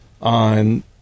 on